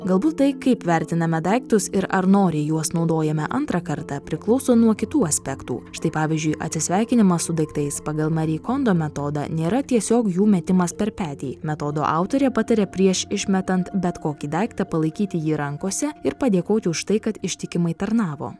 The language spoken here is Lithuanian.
galbūt tai kaip vertiname daiktus ir ar noriai juos naudojame antrą kartą priklauso nuo kitų aspektų štai pavyzdžiui atsisveikinimas su daiktais pagal mari kondo metodą nėra tiesiog jų metimas per petį metodo autorė pataria prieš išmetant bet kokį daiktą palaikyti jį rankose ir padėkoti už tai kad ištikimai tarnavo